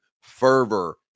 fervor